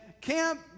camp